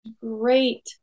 great